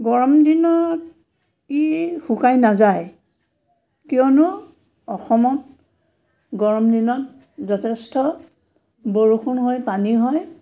গৰম দিনত ই শুকাই নাযায় কিয়নো অসমত গৰম দিনত যথেষ্ট বৰষুণ হৈ পানী হয়